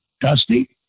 dusty